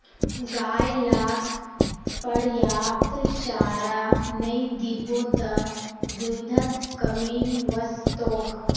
गाय लाक पर्याप्त चारा नइ दीबो त दूधत कमी वस तोक